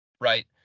right